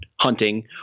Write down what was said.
hunting